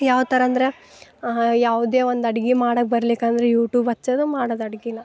ಯಾವ ಥರ ಅಂದ್ರೆ ಯಾವುದೇ ಒಂದು ಅಡಿಗೆ ಮಾಡಕ್ಕೆ ಬರ್ಲಿಕಂದ್ರ ಯೂಟೂಬ್ ಹಚ್ಚದು ಮಾಡದು ಅಡಿಗೆನ